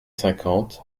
cinquante